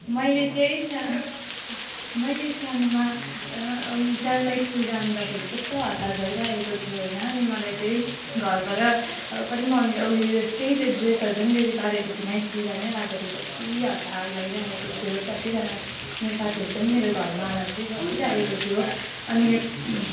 मैले चाहिँ सा मैले सानोमा सानोमा स्कुल जाँदाखेरि कस्तो हतार भइरहेको थियो होइन अनि मलाई चाहिँ घरबाट पनि मम्मीले उयो केहीले ड्रेसहरू पनि रेडी पारेको थिइनँ स्कुल जाने अन्तखेरि कति हतार भइरहेको थियो सबजना मेरो साथीहरू पनि मेरो घरमा आएर चाहिँ बसिरहेको थियो अनि